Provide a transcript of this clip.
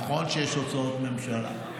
נכון שיש הוצאות ממשלה,